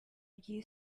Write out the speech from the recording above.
you